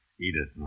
Edith